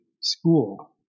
school